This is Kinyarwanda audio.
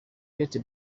kate